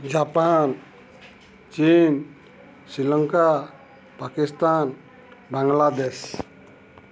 Japan ଚୀନ ଶ୍ରୀଲଙ୍କା ପାକିସ୍ତାନ ବାଂଲାଦେଶ